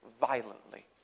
violently